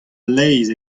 leizh